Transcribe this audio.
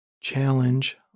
challenge